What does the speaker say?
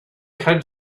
had